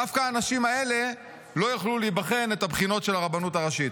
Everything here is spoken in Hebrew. דווקא האנשים האלה לא יוכלו להיבחן בבחינות של הרבנות הראשית.